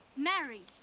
mary!